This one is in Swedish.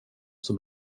som